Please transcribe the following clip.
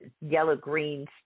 yellow-green